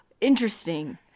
interesting